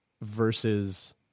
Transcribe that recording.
Versus